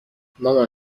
مامان